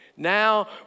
Now